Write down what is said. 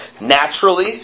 naturally